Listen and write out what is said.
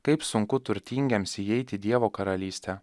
kaip sunku turtingiems įeit į dievo karalystę